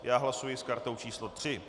Já hlasuji s kartou číslo 3.